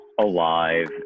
alive